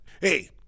hey